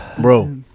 Bro